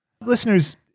Listeners